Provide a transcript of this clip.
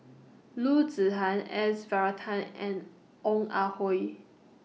Loo Zihan S Varathan and Ong Ah Hoi